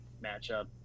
matchup